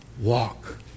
walk